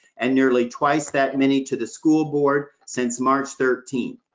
and nearly twice that many to the school board since march thirteenth.